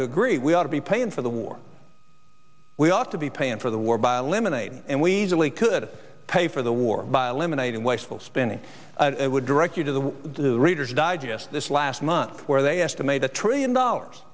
to agree we ought to be paying for the war we ought to be paying for the war by a lemonade and ways really could pay for the war by eliminating wasteful spending i would direct you to the the reader's digest this last month where they estimate a trillion dollars